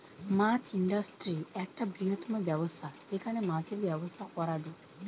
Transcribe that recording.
মাছ industry একটা বৃহত্তম ব্যবসা যেখানে মাছের ব্যবসা করাঢু